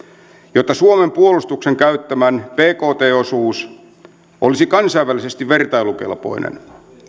jotta suomen puolustukseen käyttämä bkt osuus olisi kansainvälisesti vertailukelpoinen